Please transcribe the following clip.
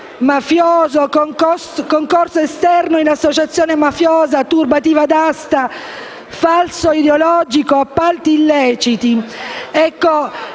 concorso esterno in associazione mafiosa, turbativa d'asta, falso ideologico e appalti illeciti.